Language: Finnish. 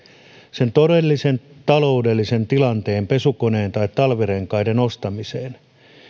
siihen todelliseen taloudelliseen tilanteeseen pesukoneen tai talvirenkaiden ostamiseen